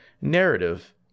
narrative